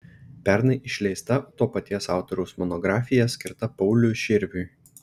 pernai išleista to paties autoriaus monografija skirta pauliui širviui